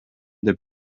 деп